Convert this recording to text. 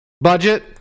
budget